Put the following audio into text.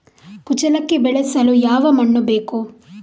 ಕುಚ್ಚಲಕ್ಕಿ ಬೆಳೆಸಲು ಯಾವ ಮಣ್ಣು ಬೇಕು?